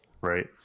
Right